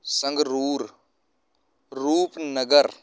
Sangrur Rupnagar